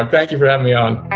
um thank you for having me on